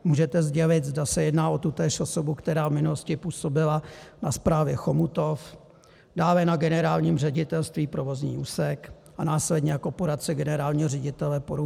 Můžete sdělit, zda se jedná o tutéž osobu, která v minulosti působila na správě Chomutov, dále na generálním ředitelství, provozní úsek, a následně jako poradce generálního ředitele Poruby?